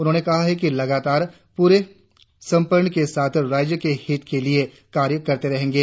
उन्होंने कहा कि वे लगाता पूरे समर्पण के साथ राज्य के हित के लिए कार्य करते रहेंगे